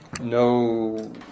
No